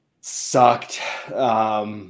sucked